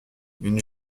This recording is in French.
une